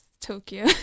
Tokyo